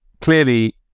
clearly